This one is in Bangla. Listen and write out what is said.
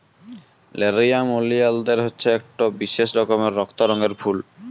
লেরিয়াম ওলিয়ালদের হছে ইকট বিশেষ রকমের রক্ত রঙের ফুল